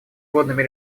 водными